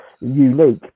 unique